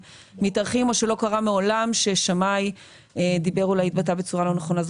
מתארכים או שלא קרה מעולם ששמאי אולי התבטא בצורה לא נכונה.